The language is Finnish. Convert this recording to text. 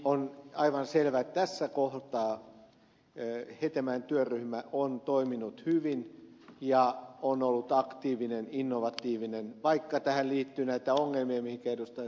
on aivan selvä että tässä kohtaa hetemäen työryhmä on toiminut hyvin ja on ollut aktiivinen innovatiivinen vaikka tähän liittyy näitä ongelmia mihinkä ed